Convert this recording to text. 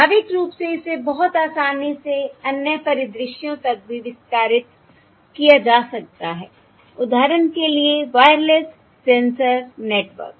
स्वाभाविक रूप से इसे बहुत आसानी से अन्य परिदृश्यों तक भी विस्तारित किया जा सकता है उदाहरण के लिए वायरलेस सेंसर नेटवर्क